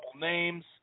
names